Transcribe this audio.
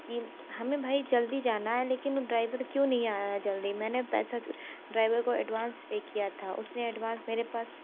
कि हमें भाई जल्दी जाना है लेकिन ड्राइवर क्यों नहीं आया है जल्दी मैंने पैसा ड्राइवर को एडवांस पे किया था उस ने एडवांस मेरे पास